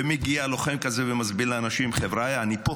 ומגיע לוחם כזה ומסביר לאנשים: חבריא, אני פה.